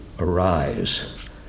arise